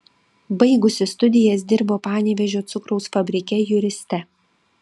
baigusi studijas dirbo panevėžio cukraus fabrike juriste